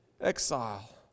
exile